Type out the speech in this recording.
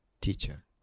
teacher